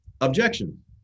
objection